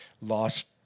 lost